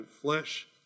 flesh